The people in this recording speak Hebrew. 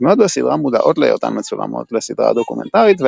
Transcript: הדמויות בסדרה מודעות להיותן מצולמות לסדרה דוקומנטרית,